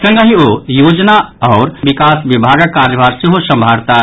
संगहि ओ योजना आओर विकास विभागक कार्यभार सेहो सम्भारताह